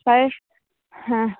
তাই হ্যাঁ